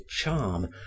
charm